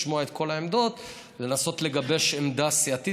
לשמוע את כל העמדות ולנסות לגבש עמדה סיעתית.